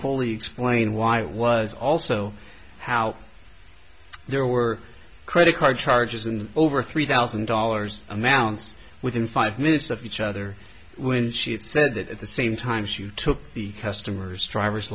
fully explain why it was also how there were credit card charges and over three thousand dollars amounts within five minutes of each other when she said that at the same time as you took the customer's driver's